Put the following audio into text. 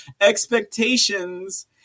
expectations